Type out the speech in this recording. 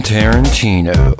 Tarantino